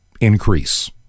increase